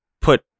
put